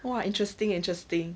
!wah! interesting interesting